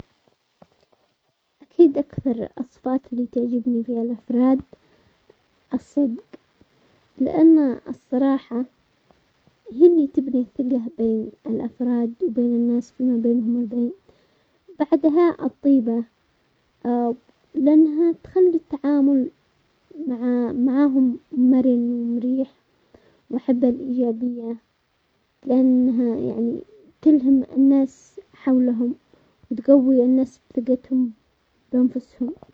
اكيد اكثر الصفات اللي تعجبني في الافراد الصدق، لان الصراحة هي اللي تبني الثقة بين الافراد وبين الناس فيما بينهم البين، بعدها الطيبة لانها تخلي التعامل مع-معاهم مرن ومريح، وبحب الايجابية لانها يعني تلهم الناس حولهم وتقوي الناس ثقتهم بانفسهم.